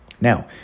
Now